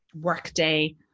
Workday